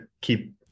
keep